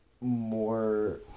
more